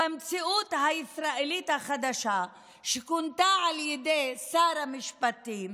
במציאות הישראלית החדשה, שכונתה על ידי שר המשפטים